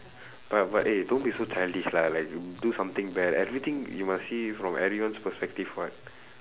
but but eh don't be so childish lah like do something bad everything you must see from everyone's perspective [what]